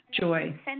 joy